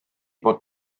bod